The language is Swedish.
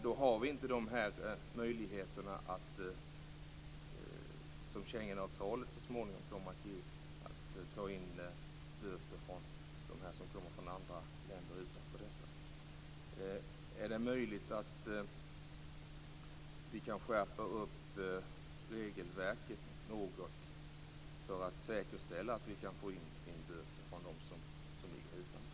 Vi har inte de möjligheter som Schengenavtalet så småningom kommer ge att ta in böter från dem som kommer från länder utanför. Är det möjligt att skärpa regelverket något för att säkerställa att vi får in böter från dem som ligger utanför?